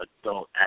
adult